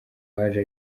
waje